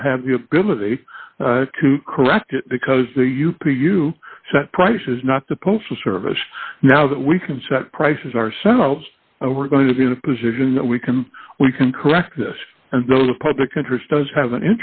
not have the ability to correct it because the u p you sent prices not the postal service now that we can set prices ourselves we're going to be in a position that we can we can correct and those public interest does have an